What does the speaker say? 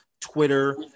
Twitter